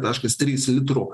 taškas trys litro